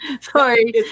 Sorry